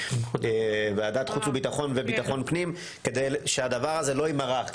ועדת חוץ וביטחון וביטחון פנים כדי שהדבר הזה לא יימרח.